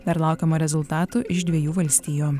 dar laukiama rezultatų iš dviejų valstijų